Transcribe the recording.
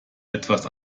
etwas